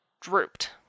drooped